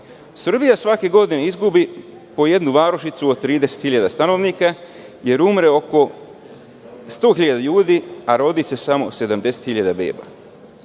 svake godine izgubi po jednu varošicu od 30.000 stanovnika, jer umre oko 100.000 ljudi, a rodi se samo 70.000